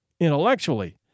intellectually